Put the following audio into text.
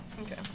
Okay